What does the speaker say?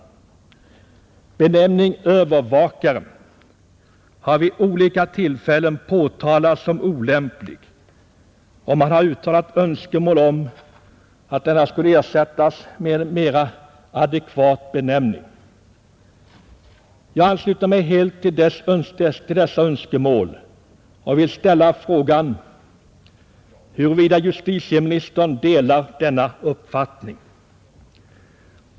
Benämningen ”övervakare” har vid olika tillfällen påtalats som olämplig, och man har uttalat önskemål om att den skulle ersättas med en mer adekvat benämning. Jag ansluter mig helt till dessa önskemål och vill ställa frågan huruvida justitieministern delar denna uppfattning.